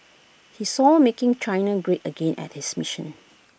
he saw making China great again at his mission